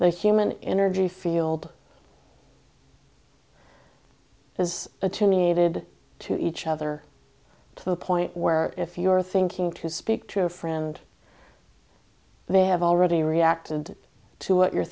they human energy field is a two needed to each other to the point where if you are thinking to speak to a friend they have already reacted to what you're